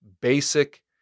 basic